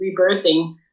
rebirthing